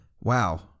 wow